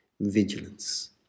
vigilance